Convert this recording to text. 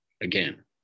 Again